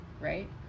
right